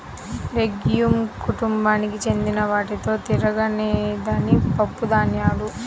legume కుటుంబానికి చెందిన వాటిలో తినదగినవి పప్పుధాన్యాలు